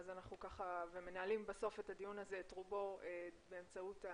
ואנחנו מנהלים בסוף את רוב הדיון באמצעות הזום,